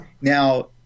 Now